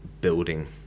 building